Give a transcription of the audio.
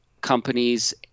companies